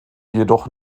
jedoch